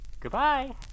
Goodbye